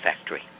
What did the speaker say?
Factory